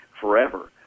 forever